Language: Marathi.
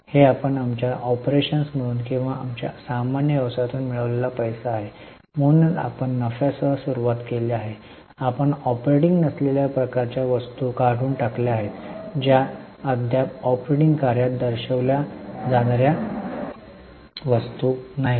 हे आपण आमच्या ऑपरेशन मधून किंवा आमच्या सामान्य व्यवसायामधून मिळवलेला पैसा आहे म्हणूनच आपण नफ्यासह सुरुवात केली आहे आपण ऑपरेटिंग नसलेल्या प्रकारच्या वस्तू काढून टाकल्या आहेत ज्या अद्याप ऑपरेटिंग कार्यात दर्शविल्या जाणार्या वस्तू नाहीत